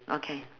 okay